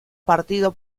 partido